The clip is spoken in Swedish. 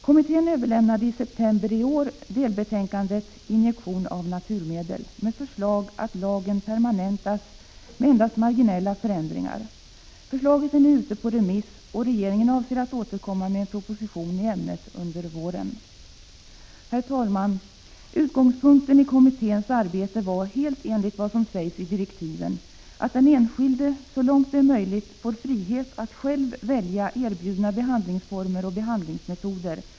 Kommittén överlämnade i september i år delbetänkandet Injektion av naturmedel med förslag att lagen permanentas med endast marginella förändringar. Förslaget är nu ute på remiss, och regeringen avser att återkomma med en proposition i ämnet under våren. Herr talman! Utgångspunkten för kommitténs arbete var helt enligt vad som sägs i direktiven ”att den enskilde så långt det är möjligt får frihet att själv välja erbjudna behandlingsformer och behandlingsmetoder.